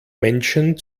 menschen